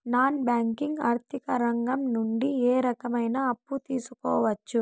Non banking ఆర్థిక రంగం నుండి ఏ రకమైన అప్పు తీసుకోవచ్చు?